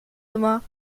immer